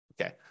Okay